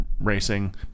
racing